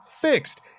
fixed